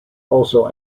also